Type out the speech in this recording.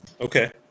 Okay